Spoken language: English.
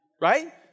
right